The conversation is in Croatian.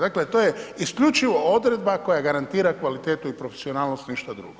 Dakle, to je isključivo odredba koja garantira kvalitetu i profesionalnost nešto drugo.